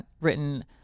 written